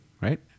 right